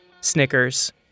Snickers